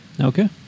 Okay